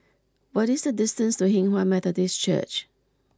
what is the distance to Hinghwa Methodist Church